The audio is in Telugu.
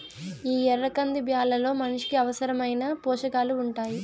ఈ ఎర్ర కంది బ్యాళ్ళలో మనిషికి అవసరమైన పోషకాలు ఉంటాయి